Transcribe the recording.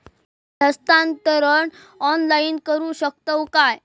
निधी हस्तांतरण ऑनलाइन करू शकतव काय?